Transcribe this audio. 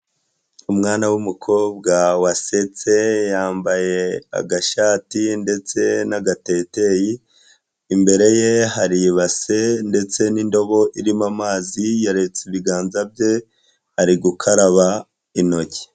Umwana w'umukobwa wasetse yambaye agashati ndetse n'agateteyi imbere ye hari ibase ndetse n'indobo irimo amazi yaretse ibiganza bye ari gukaraba intoki.